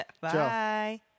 Bye